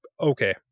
okay